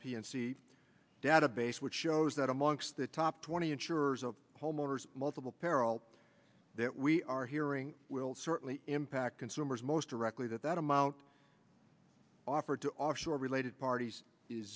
c database which shows that amongst the top twenty insurers of homeowners multiple peril that we are hearing will certainly impact consumers most directly that that amount offered to offshore related parties is